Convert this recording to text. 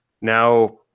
now